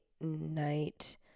Night